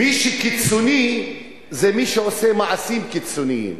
מי שקיצוני זה מי שעושה מעשים קיצוניים.